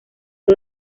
fue